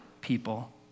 people